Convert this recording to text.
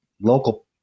local